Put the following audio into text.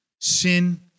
Sin